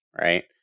right